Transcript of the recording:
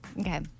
Okay